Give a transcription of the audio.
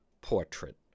portrait